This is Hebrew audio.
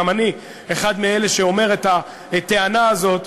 וגם אני אחד מאלה שאומרים את הטענה הזאת,